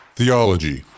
Theology